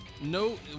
no